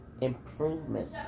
improvement